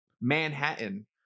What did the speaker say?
Manhattan